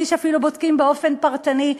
מבלי שאפילו בודקים באופן פרטני.